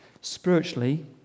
Spiritually